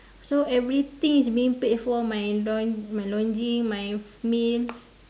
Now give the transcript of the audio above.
so everything is being paid for my laun~ my laundry my meal